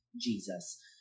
Jesus